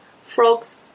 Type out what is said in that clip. frogs